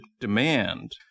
demand